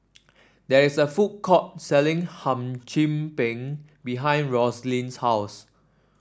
there is a food court selling Hum Chim Peng behind Rosalyn's house